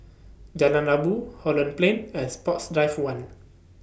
Jalan Rabu Holland Plain and Sports Drive one